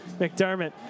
McDermott